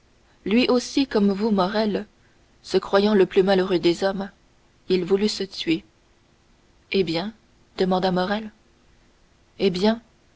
lui aussi comme vous morrel se croyant le plus malheureux des hommes il voulut se tuer eh bien demanda morrel eh bien